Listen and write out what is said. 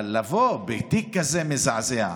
אבל לבוא בתיק כזה מזעזע,